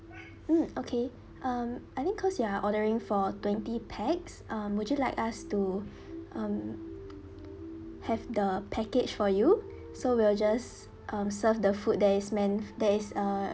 mm okay um I think cause you are ordering for twenty pax um would you like us to um have the package for you so we'll just uh serve the food that is meant that is uh